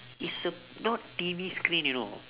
it's a not T_V screen you know